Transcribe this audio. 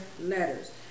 letters